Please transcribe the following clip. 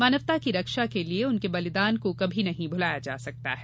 मानवता की रक्षा के लिये उनके बलिदान को कभी नहीं भुलाया जा सकता है